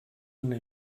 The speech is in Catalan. una